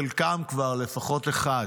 חלקם, לפחות אחד,